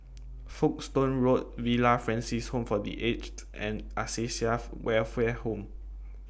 Folkestone Road Villa Francis Home For The Aged and Acacia Welfare Home